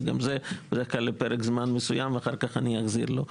וגם זה לפרק זמן מסוים ואחר כך אני אחזיר לו.